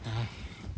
!hais!